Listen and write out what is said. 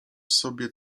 sobie